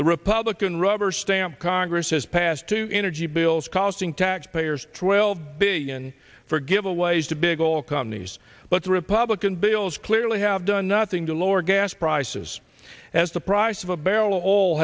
the republican rubber stamp congress has passed two energy bills costing taxpayers twelve billion for giveaways to big oil companies but the republican bills clearly have done nothing to lower gas prices as the price of a barrel